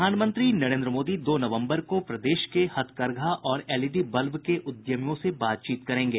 प्रधानमंत्री नरेन्द्र मोदी दो नवम्बर को प्रदेश के हथकरघा और एलईडी बल्ब के उद्यमियों से बातचीत करेंगे